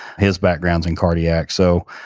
his background's in cardiac so,